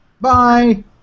Bye